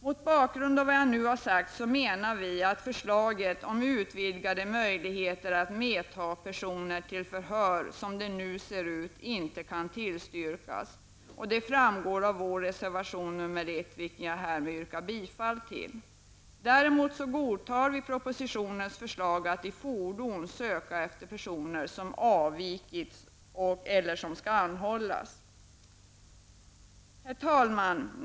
Mot bakgrund av vad jag nu har sagt menar vi att förslaget om utvidgade möjligheter att medta personer till förhör, som det nu ser ut, inte kan tillstyrkas. Det framgår av vår reservation nr 1, vilken jag härmed yrkar bifall till. Däremot godtar vi propositionens förslag att i fordon söka efter personer som avvikit eller som skall anhållas. Herr talman!